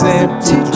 empty